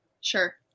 sure